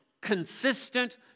consistent